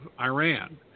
Iran